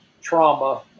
trauma